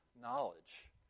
knowledge